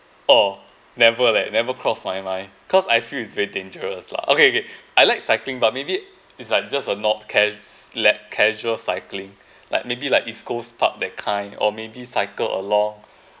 oh never leh never cross my mind cause I feel it's very dangerous lah okay okay I like cycling but maybe it's like just a nor~ cas~ le~ casual cycling like maybe like east coast park that kind or maybe cycle along